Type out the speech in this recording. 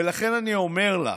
ולכן אני אומר לך,